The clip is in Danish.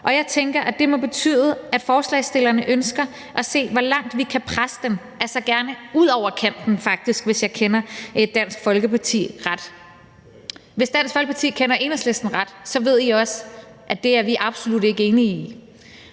og jeg tænker, at det må betyde, at forslagsstillerne ønsker at se, hvor langt vi kan presse den – altså gerne ud over kanten faktisk, hvis jeg kender Dansk Folkeparti ret. Hvis Dansk Folkeparti kender Enhedslisten ret, ved I også, at det er vi absolut ikke enige i.